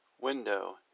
window